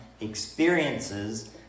experiences